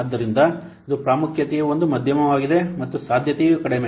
ಆದ್ದರಿಂದ ಇದು ಪ್ರಾಮುಖ್ಯತೆಯು ಒಂದು ಮಧ್ಯಮವಾಗಿದೆ ಮತ್ತು ಸಾಧ್ಯತೆಯೂ ಕಡಿಮೆ